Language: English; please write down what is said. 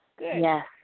yes